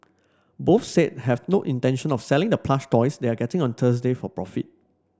both said have no intention of selling the plush toys they are getting on Thursday for profit